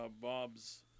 Bob's